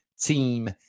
team